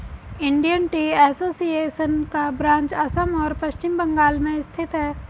Indian Tea Association का branch Assam और पश्चिम बंगाल में स्थित है